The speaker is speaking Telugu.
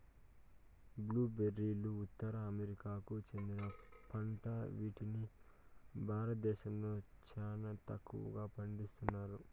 బ్లూ బెర్రీలు ఉత్తర అమెరికాకు చెందిన పంట వీటిని భారతదేశంలో చానా తక్కువగా పండిస్తన్నారు